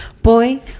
boy